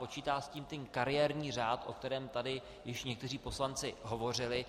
Počítá s tím kariérní řád, o kterém tady již někteří poslanci hovořili.